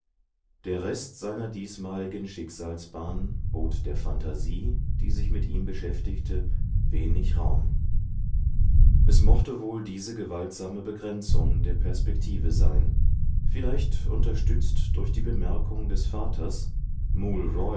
der rest seiner diesmaligen schicksalsbahn bot der phantasie die sich mit ihm beschäftigte wenig raum es mochte wohl diese gewaltsame begrenzung der perspektive sein vielleicht unterstützt durch die bemerkung des vaters